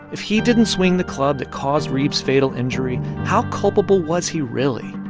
if he didn't swing the club that caused reeb's fatal injury, how culpable was he really,